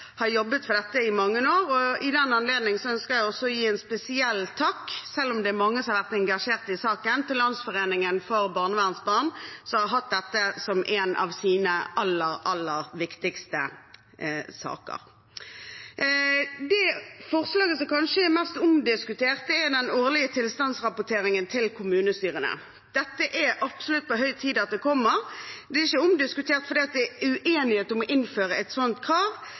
dette i mange år. I den anledning ønsker jeg å gi en spesiell takk – selv om det er mange som har vært engasjert i saken – til Landsforeningen for barnevernsbarn, som har hatt dette som en av sine aller, aller viktigste saker. Det forslaget som kanskje er mest omdiskutert, er den årlige tilstandsrapporteringen til kommunestyrene. Det er absolutt på høy tid at dette kommer. Det er ikke omdiskutert fordi det er uenighet om å innføre et sånt krav,